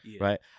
Right